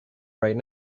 right